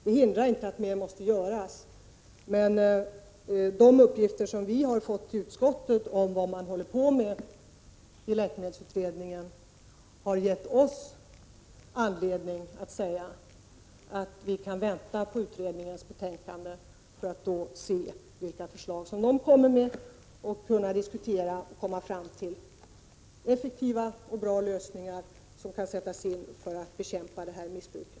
Det hindrar inte att mer måste göras, men de uppgifter som utskottet har fått om vad läkemedelsutredningen håller på med har gett oss anledning att uttala att vi kan vänta på utredningens betänkande för att se vilka förslag utredningen presenterar. Sedan kan vi diskutera dem och komma fram till effektiva och bra lösningar som kan sättas in för att bekämpa det här missbruket.